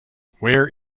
where